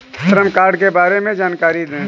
श्रम कार्ड के बारे में जानकारी दें?